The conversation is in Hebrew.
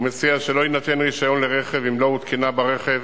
הוא מציע שלא יינתן רשיון לרכב אם לא הותקנה ברכב